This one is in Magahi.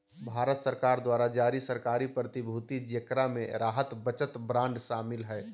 भारत सरकार द्वारा जारी सरकारी प्रतिभूति जेकरा मे राहत बचत बांड शामिल हइ